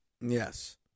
yes